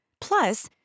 Plus